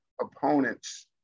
opponents